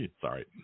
Sorry